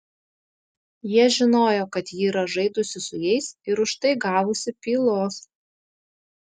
jie žinojo kad ji yra žaidusi su jais ir už tai gavusi pylos